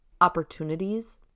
opportunities